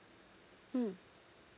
mm